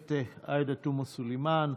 הכנסת עאידה תומא סלימאן.